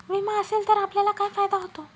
विमा असेल तर आपल्याला काय फायदा होतो?